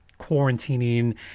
quarantining